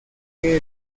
que